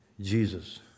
Jesus